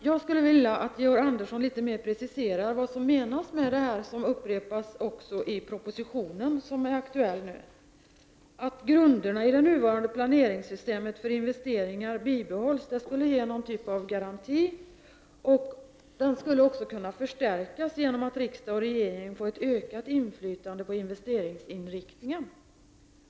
Jag skulle vilja att Georg Andersson litet mera preciserade vad som menas med det här som också upprepas i den proposition som är aktuell, nämligen att om grunderna i det nuvarande planeringssystemet för investeringar bibehålls skulle det ge någon typ av garanti, och den skulle också kunna förstärkas genom att riksdag och regering får ett ökat inflytande på investeringsinriktningen.